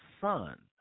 Son